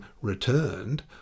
returned